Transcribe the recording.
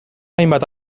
hainbat